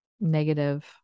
negative